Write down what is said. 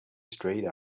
straight